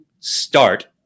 Start